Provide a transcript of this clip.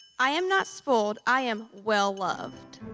i am not spoiled. i am well loved.